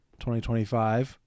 2025